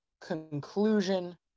conclusion